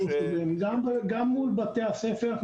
גם מול בתי הספר,